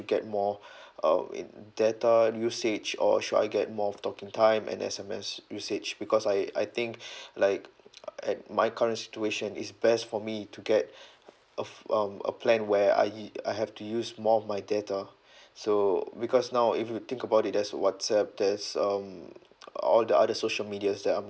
get more um a data usage or should I get more of talking time and S_M_S usage because I I think like at my current situation it's best for me to get a f~ um a plan where I u~ I have to use more of my data so because now if you think about it there's whatsapp there's um all the other social medias that I'm